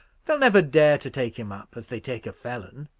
they'll never dare to take him up, as they take a felon.